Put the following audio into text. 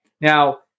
Now